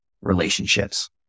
relationships